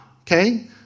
Okay